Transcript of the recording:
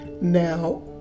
Now